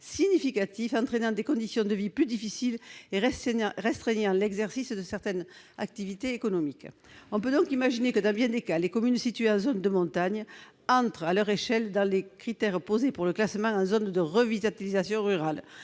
significatifs entraînant des conditions de vie plus difficiles et restreignant l'exercice de certaines activités économiques ». On peut donc imaginer que, dans bien des cas, les communes situées en zone de montagne entrent, à leur échelle, dans les critères posés pour le classement en zone de revitalisation rurale.